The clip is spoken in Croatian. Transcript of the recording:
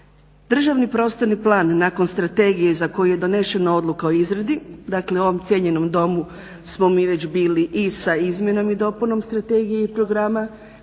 Državni prostorni plan nakon strategije za koju je donešena odluka o izradi, dakle u ovom cijenjenom Domu smo mi već bili i sa izmjenom i dopunom strategije i programa,